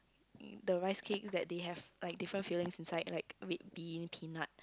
the rice cake that they have like different fillings inside like red bean peanut